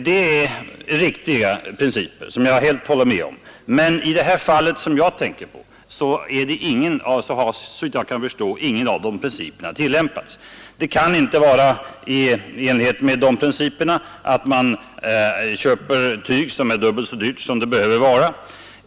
Detta är riktiga principer som jag helt håller med om, men i det fall som jag tänker på har såvitt jag kan förstå ingen av de principerna tillämpats. För det första kan det inte vara förenligt med principen om obundet bistånd att man köper tyg som är dubbelt så dyrt som det behöver vara.